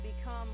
become